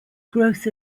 growth